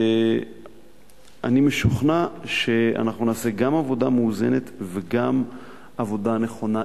אני משוכנע שאנחנו נעשה גם עבודה מאוזנת וגם עבודה נכונה.